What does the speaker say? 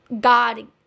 God